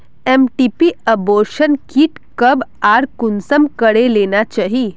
MTP abortion kit कब आर कुंसम करे लेना चही?